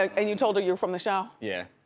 and you told her you're from the show? yeah.